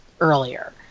earlier